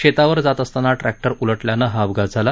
शेतावर जात असताना ट्रॅक्टर उलटल्यानं हा अपघात झाला